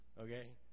Okay